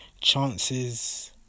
chances